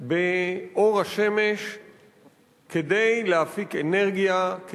באור השמש כדי להפיק אנרגיה,